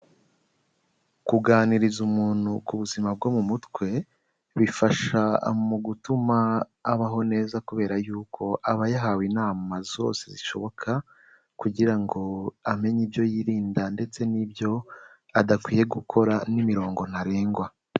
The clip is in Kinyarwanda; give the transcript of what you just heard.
Kuganiriza umuntu ku buzima bwo mu mutwe, bifasha mu gutuma abaho neza kubera yuko aba yahawe inama zose zishoboka kugira ngo amenye ibyo yirinda ndetse n'ibyo adakwiye gukora n'imirongo ntarengwa.